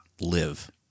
live